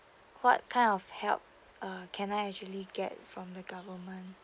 what kind of help uh can I actually get from the government